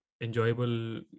enjoyable